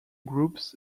groups